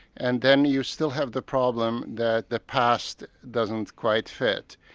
and then you still have the problem that the past doesn't quite fit.